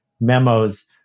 memos